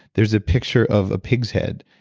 there's a picture of a pig's head.